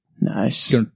Nice